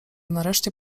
nareszcie